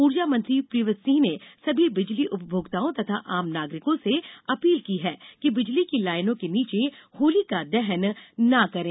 ऊर्जा मंत्री प्रियव्रत सिंह ने सभी बिजली उपभोक्ताओं तथा आम नागरिकों से अपील की है कि बिजली की लाइनों के नीचे होलिकादहन न करें